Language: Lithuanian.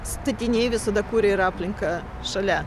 statiniai visada kuria ir aplinką šalia